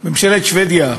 ממשלת שבדיה,